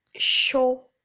Show